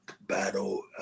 battle